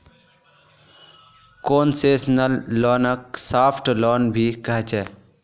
concessional लोनक soft loan भी कह छे